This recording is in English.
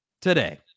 today